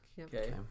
Okay